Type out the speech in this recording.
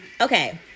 Okay